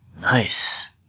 Nice